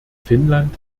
finnland